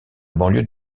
banlieue